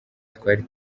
twari